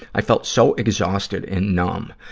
i felt so exhausted and numb.